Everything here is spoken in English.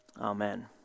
Amen